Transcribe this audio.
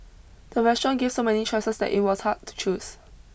the restaurant gave so many choices that it was hard to choose